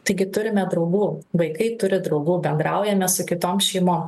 taigi turime draugų vaikai turi draugų bendraujame su kitom šeimom